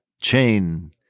chain